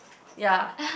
ya